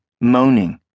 moaning